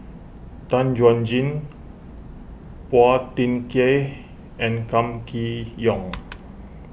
Tan Chuan Jin Phua Thin Kiay and Kam Kee Yong